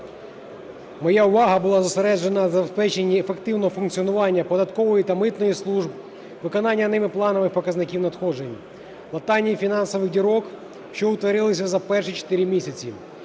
моя увага була зосереджена на забезпеченні ефективного функціонування податкової та митної служб, виконання ними планових показників надходжень, латання фінансових дірок, що утворилися за перші чотири місяці